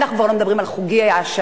אנחנו כבר לא מדברים על חוגי העשרה,